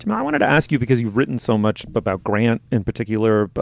um i wanted to ask you, because you've written so much about grant in particular. but